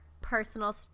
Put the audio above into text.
personal